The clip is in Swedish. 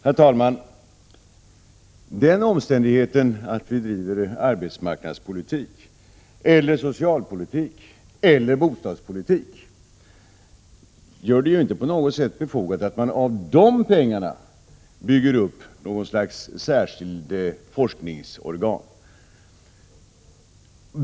Herr talman! Den omständigheten att vi bedriver arbetsmarknadspolitik, 26 maj 1987 socialpolitik eller bostadspolitik gör det ju inte på något sätt befogat att med de här pengarna bygga upp ett särskilt forskningsorgan.